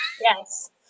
yes